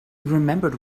remembered